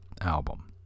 album